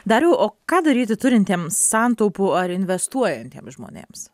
dariau o ką daryti turintiem santaupų ar investuojantiem žmonėms